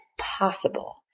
possible